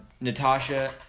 Natasha